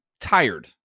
tired